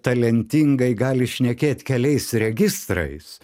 talentingai gali šnekėt keliais registrais